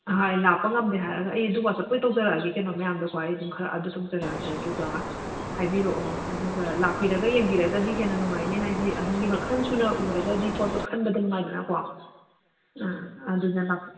ꯍꯣꯏ ꯂꯥꯛꯄ ꯉꯝꯗꯦ ꯍꯥꯏꯔꯒ ꯑꯩ ꯑꯗꯨ ꯋꯥꯆꯞꯇ ꯑꯣꯏꯅ ꯇꯧꯖꯔꯛꯑꯒꯦ ꯀꯩꯅꯣ ꯃꯌꯥꯝꯗꯣꯀꯣ ꯑꯩ ꯑꯗꯨꯝ ꯈꯔ ꯑꯞꯗꯦꯗ ꯇꯧꯖꯔꯛꯑꯒꯦ ꯑꯗꯨꯒ ꯍꯥꯏꯕꯤꯔꯛꯑꯣ ꯑꯗꯨꯒ ꯂꯥꯛꯄꯤꯔꯒ ꯌꯦꯡꯕꯤꯔꯒꯗꯤ ꯍꯦꯟꯅ ꯅꯨꯡꯉꯥꯏꯅꯤ ꯍꯥꯏꯗꯤ ꯑꯍꯜꯒꯤ ꯃꯈꯜ ꯁꯨꯅ ꯎꯔꯒꯗꯤ ꯄꯣꯠꯇꯣ ꯈꯟꯕꯗ ꯅꯨꯡꯉꯥꯏꯗꯅꯀꯣ ꯑꯥ ꯑꯗꯨꯅ ꯂꯥꯛꯄꯤꯎ